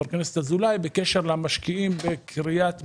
הכנסת אזולאי בקשר למשקיעים בקריית מלאכי.